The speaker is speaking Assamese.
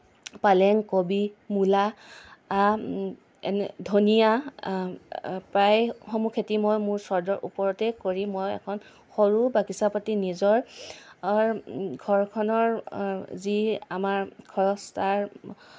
পালেং কবি মূলা এনে ধনিয়া প্ৰায়সমূহ খেতি মই মোৰ চাদৰ ওপৰতে কৰি মই এখন সৰু বাগিছা পাতি নিজৰ ঘৰখনৰ যি আমাৰ খৰচ তাৰ